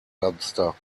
dumpster